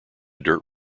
dirt